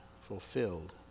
fulfilled